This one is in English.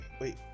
wait